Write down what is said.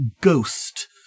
ghost